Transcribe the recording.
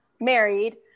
married